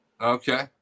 Okay